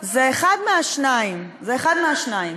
זה אחד מהשניים, זה אחד מהשניים,